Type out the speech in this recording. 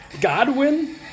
Godwin